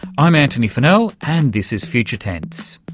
i'm antony funnell and this is future tense.